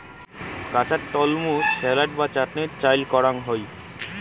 কাঁচা তলমু স্যালাড বা চাটনিত চইল করাং হই